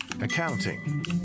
accounting